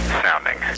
sounding